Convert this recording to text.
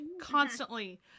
constantly